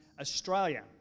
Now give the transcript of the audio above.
Australia